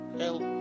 help